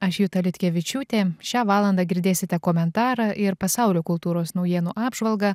aš juta liutkevičiūtė šią valandą girdėsite komentarą ir pasaulio kultūros naujienų apžvalgą